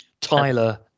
Tyler